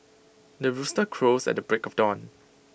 the rooster crows at the break of dawn